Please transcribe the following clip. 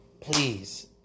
Please